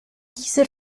dieser